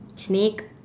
snake